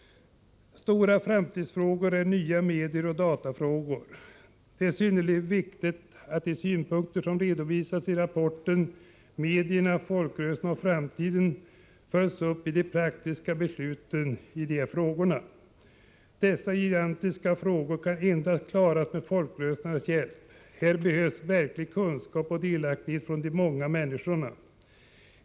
Stora framtidsfrågor är nya medier och datafrågor. Det är synnerligen viktigt att de synpunkter som redovisas i rapporten Medierna, folkrörelserna och framtiden följs upp i praktiska beslut i dessa frågor. Dessa gigantiska frågor kan endast klaras med folkrörelsernas hjälp. Här behövs verkligen kunskap hos och delaktighet från de många människorna.